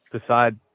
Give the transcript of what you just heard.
decide